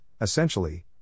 essentially